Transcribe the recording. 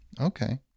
Okay